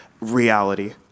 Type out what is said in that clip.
reality